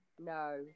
no